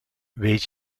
weet